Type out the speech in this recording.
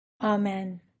Amen